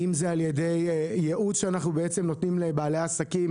אם זה על ידי ייעוץ שאנחנו נותנים לבעלי העסקים,